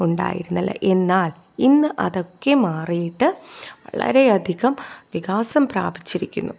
ഉണ്ടായിരുന്നില്ല എന്നാൽ ഇന്ന് അതൊക്കെ മാറിയിട്ട് വളരെ അധികം വികാസം പ്രാപിച്ചിരിക്കുന്നു